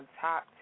top